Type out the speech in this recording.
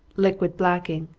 liquid blacking.